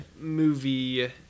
movie